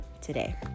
today